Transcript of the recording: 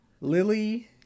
Lily